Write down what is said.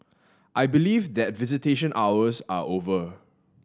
I believe that visitation hours are over